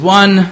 one